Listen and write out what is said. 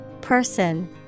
Person